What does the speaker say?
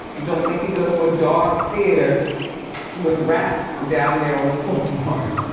don't make me go to a dark theater with rats down there on the floor.